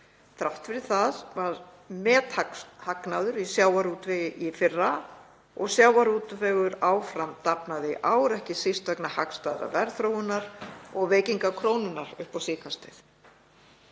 Þrátt fyrir það var methagnaður í sjávarútvegi í fyrra og sjávarútvegur dafnaði áfram í ár, ekki síst vegna hagstæðrar verðþróunar og veikingar krónunnar upp á síðkastið.